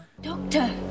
Doctor